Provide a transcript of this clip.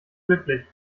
glücklich